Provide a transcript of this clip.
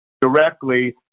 directly